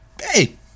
Hey